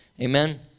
Amen